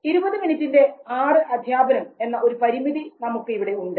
20 മിനിറ്റിന്റെ ആറ് അധ്യാപനം എന്ന ഒരു പരിമിതി നമുക്ക് ഇവിടെ ഉണ്ട്